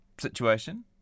Situation